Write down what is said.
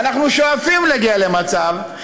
ואנחנו שואפים להגיע למצב,